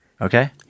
Okay